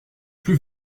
plus